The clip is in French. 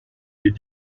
est